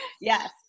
Yes